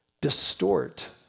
distort